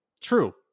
True